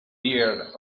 dear